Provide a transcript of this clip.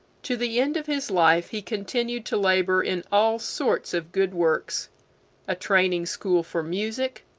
to the end of his life he continued to labor in all sorts of good works a training school for music,